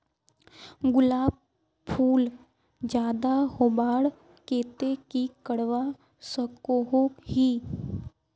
गुलाब फूल ज्यादा होबार केते की करवा सकोहो ही?